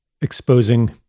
exposing